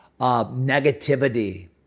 negativity